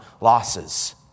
losses